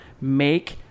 make –